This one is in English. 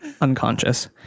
unconscious